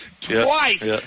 twice